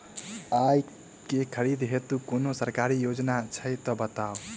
आइ केँ खरीदै हेतु कोनो सरकारी योजना छै तऽ बताउ?